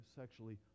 sexually